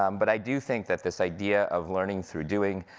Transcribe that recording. um but i do think that this idea of learning through doing,